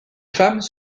femmes